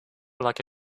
like